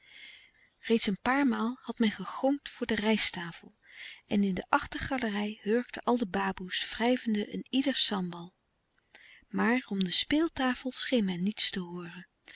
reeds een paar maal had men gegongd voor de rijsttafel en in de achtergalerij hurkten al de baboes wrijvende een ieders sambel maar om de speeltafel scheen men niets te hooren